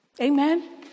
Amen